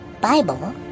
Bible